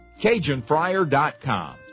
CajunFryer.com